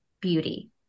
beauty